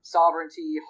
sovereignty